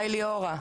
קודם כל,